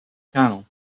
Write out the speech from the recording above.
canal